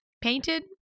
painted